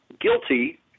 guilty